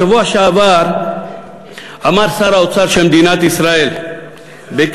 בשבוע שעבר אמר שר האוצר של מדינת ישראל בכינוס,